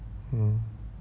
hmm